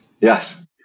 Yes